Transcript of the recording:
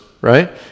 right